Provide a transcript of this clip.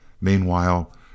Meanwhile